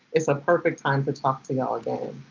it's the perfect time to talk to y'all again.